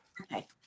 Okay